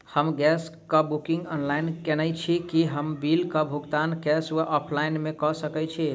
हम गैस कऽ booking online केने छी, की हम बिल कऽ भुगतान कैश वा ऑफलाइन मे कऽ सकय छी?